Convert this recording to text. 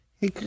Hey